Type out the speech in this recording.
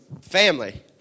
family